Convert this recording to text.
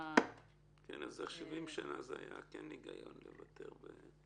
אז איך 70 שנה היה היגיון לוותר על הסעיף הזה?